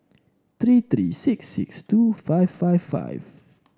three three six six two five five five